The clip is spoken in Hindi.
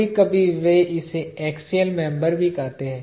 कभी कभी वे इसे एक्सियल मेंबर भी कहते हैं